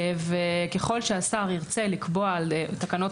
וככל שהשר ירצה לקבוע אחריות פלילית על תקנות